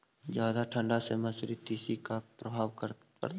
जादा ठंडा से मसुरी, तिसी पर का परभाव पड़तै?